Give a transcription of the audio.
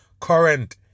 current